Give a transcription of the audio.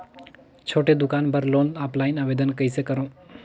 छोटे दुकान बर लोन ऑफलाइन आवेदन कइसे करो?